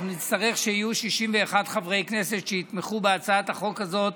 אנחנו נצטרך שיהיו 61 חברי כנסת שיתמכו בהצעת החוק הזאת